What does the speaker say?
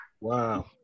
Wow